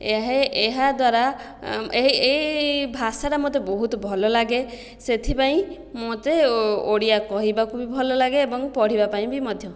ଏହି ଏହା ଦ୍ଵାରା ଏହି ଏଇ ଭାଷାଟା ମୋତେ ବହୁତ ଭଲ ଲାଗେ ସେଥିପାଇଁ ମୋତେ ଓଡ଼ିଆ କହିବାକୁ ବି ଭଲ ଲାଗେ ଏବଂ ପଢ଼ିବା ପାଇଁ ବି ମଧ୍ୟ